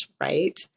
right